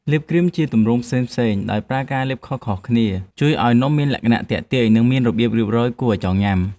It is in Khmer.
លាបគ្រីមជាទម្រង់ផ្សេងៗដោយប្រើការលាបខុសៗគ្នាជួយឱ្យនំមានលក្ខណៈទាក់ទាញ និងមានរបៀបរៀបរយគួរឱ្យចង់ញ៉ាំ។